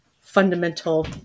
fundamental